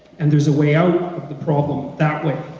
and there's a way out of the problem that way.